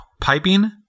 piping